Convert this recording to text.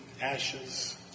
ashes